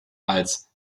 als